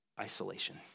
isolation